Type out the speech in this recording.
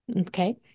okay